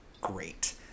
great